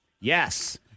Yes